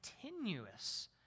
continuous